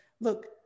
look